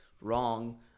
wrong